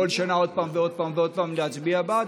ובכל שנה עוד פעם ועוד פעם ועוד פעם להצביע בעד,